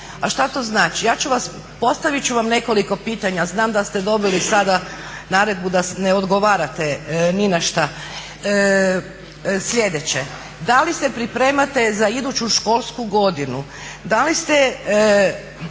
Šta to znači? Postavit ću vam nekoliko pitanja. Znam da ste dobili sada naredbu da ne odgovarate ni na šta. Sljedeće, da li se pripremate za iduću školsku godinu, da li znate